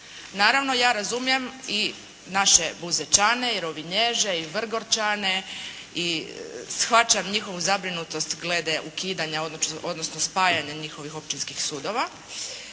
Naravno, ja razumijem i nađe Buzećane i Rovinježe i Vrgorčane i shvaćam njihovu zabrinutost glede ukidanja odnosno spajanja njihovih općinskih sudova.